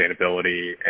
sustainability